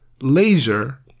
laser